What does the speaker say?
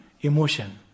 emotion